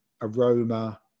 aroma